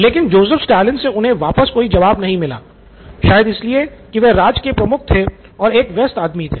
लेकिन Joseph Stalin से उन्हे वापस कोई जवाब नहीं मिला शायद इसलिए की वह राज्य के प्रमुख थे और एक व्यस्त आदमी थे